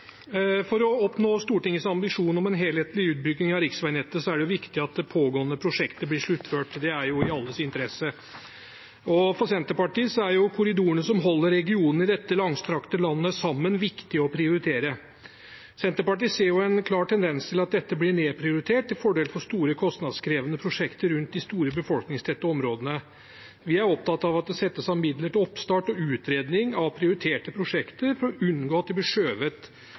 For å oppnå Stortingets ambisjon om en helhetlig utbygging av riksveinettet er det viktig at det pågående prosjektet blir sluttført. Det er i alles interesse. For Senterpartiet er korridorene som holder regionene i dette langstrakte landet sammen, viktig å prioritere. Senterpartiet ser en klar tendens til at dette blir nedprioritert, til fordel for store, kostnadskrevende prosjekter rundt de store, befolkningstette områdene. Vi er opptatt av at det settes av midler til oppstart og utredning av prioriterte prosjekter, for å unngå at de blir skjøvet